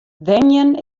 wenjen